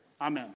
Amen